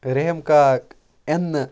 رحم کاک اِنہٕ